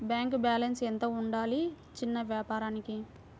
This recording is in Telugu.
బ్యాంకు బాలన్స్ ఎంత ఉండాలి చిన్న వ్యాపారానికి?